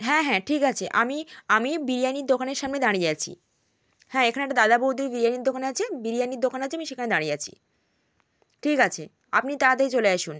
হ্যাঁ হ্যাঁ ঠিক আছে আমি আমি বিরিয়ানির দোকানের সামনে দাঁড়িয়ে আছি হ্যাঁ এখানে একটা দাদা বৌদির বিরিয়ানির দোকান আছে বিরিয়ানির দোকান আছে আমি সেখানে দাঁড়িয়ে আছি ঠিক আছে আপনি তাড়াতাড়ি চলে আসুন